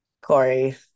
Corey